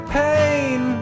pain